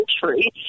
country